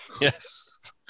Yes